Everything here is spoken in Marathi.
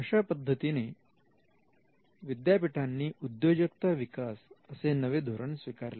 अशा पद्धतीने विद्यापीठांनी उद्योजकता विकास असे नवे धोरण स्वीकारले